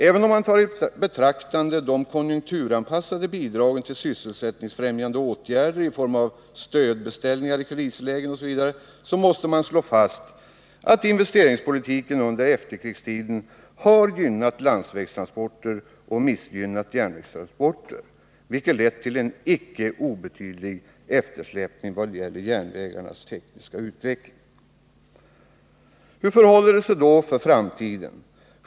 Även om man tar i betraktande de konjunkturanpassade bidragen till sysselsättningsfrämjande åtgärder i form av stödbeställningar i krislägen osv., måste man slå fast att investeringspolitiken under efterkrigstiden har gynnat landsvägstransporter och missgynnat järnvägstransporter, vilket lett till en icke obetydlig eftersläpning i vad gäller järnvägarnas tekniska utveckling. Hur förhåller det sig då för framtiden?